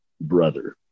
brother